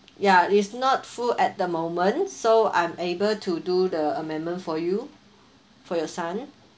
ya is not full at the moment so I'm able to do the amendment for you for your son